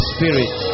Spirit